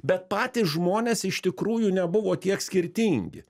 bet patys žmonės iš tikrųjų nebuvo tiek skirtingi